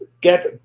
get